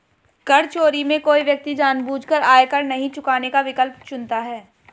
कर चोरी में कोई व्यक्ति जानबूझकर आयकर नहीं चुकाने का विकल्प चुनता है